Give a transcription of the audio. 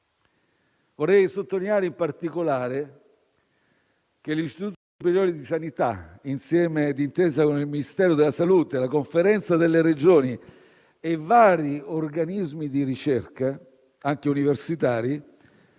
Vorrei sottolineare in particolare che l'Istituto superiore di sanità, insieme e d'intesa con il Ministero della salute, la Conferenza delle Regioni e vari organismi di ricerca anche universitari,